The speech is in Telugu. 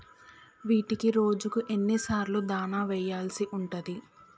వీటికి రోజుకు ఎన్ని సార్లు దాణా వెయ్యాల్సి ఉంటది?